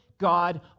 God